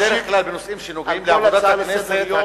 בדרך כלל בנושאים שנוגעים לעבודת הכנסת.